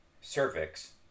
cervix